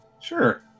Sure